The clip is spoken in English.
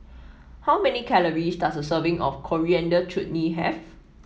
how many calories does a serving of Coriander Chutney have